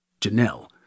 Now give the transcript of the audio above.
Janelle